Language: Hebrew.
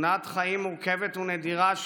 תמונת חיים מורכבת ונדירה,